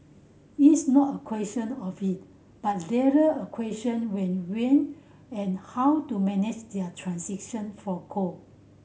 it's not a question of it but rather a question when we and how to manage their transition for coal